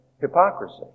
hypocrisy